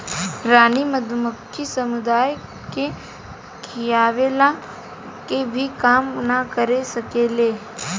रानी मधुमक्खी समुदाय के खियवला के भी काम ना कर सकेले